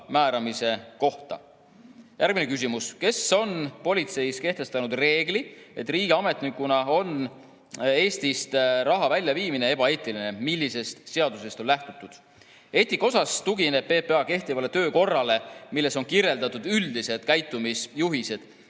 määramise kohta. Järgmine küsimus: "Kes on politseis kehtestanud reegli, et riigiametnikuna on Eestist raha välja viimine ebaeetiline? Millisest seadusest on lähtutud?" Eetika osas tugineb PPA kehtivale töökorrale, milles on kirjeldatud üldised käitumisjuhised.